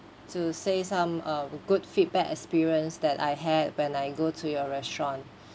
to say some uh good feedback experience that I had when I go to your restaurant